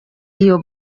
iyo